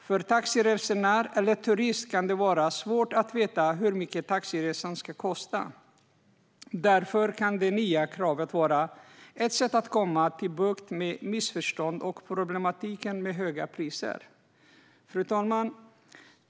För en taxiresenär eller turist kan det vara svårt att veta hur mycket taxiresan ska kosta, och därför kan det nya kravet vara ett sätt att komma till rätta med missförstånd och problematiken med höga priser. Fru talman!